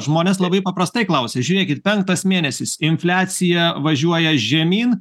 žmonės labai paprastai klausia žiūrėkit penktas mėnesis infliacija važiuoja žemyn